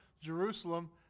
Jerusalem